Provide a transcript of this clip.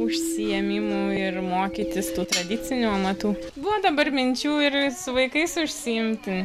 užsiėmimų ir mokytis tų tradicinių amatų buvo dabar minčių ir su vaikais užsiimti